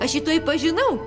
aš jį tuoj pažinau